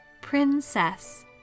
Princess